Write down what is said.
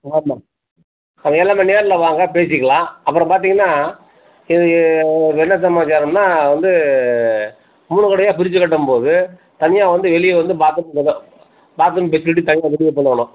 ஆமாம் அது எல்லாமே நேரில் வாங்க பேசிக்கலாம் அப்புறம் பார்த்தீங்கன்னா இது என்ன சமாச்சாரம்னால் அது வந்து மூணு கடையாக பிரித்து கட்டும் போது தனியாக வந்து வெளியே வந்து பாத் ரூம் வேணும் பாத் ரூம் ஃபெசிலிட்டி தனியாக வெளியில் பண்ணணும்